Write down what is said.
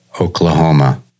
Oklahoma